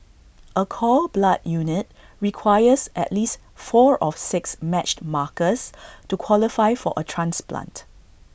A cord blood unit requires at least four of six matched markers to qualify for A transplant